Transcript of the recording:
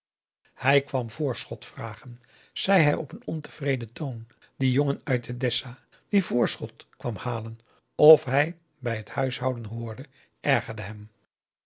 hij kwam voorschot vragen zei hij op een ontevreden toon die jongen uit de dessa die voorschot kwam halen of hij bij het huishouden hoorde ergerde hem